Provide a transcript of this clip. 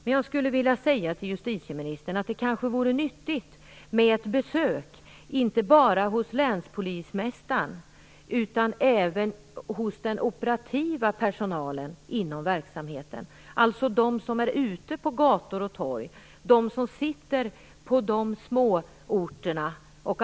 Men då skulle jag vilja säga till justitieministern att det kanske vore nyttigt med ett besök, inte bara hos länspolismästaren utan även hos den operativa personalen inom verksamheten - alltså de som är ute på gator och torg och de som arbetar på de små orterna.